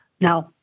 No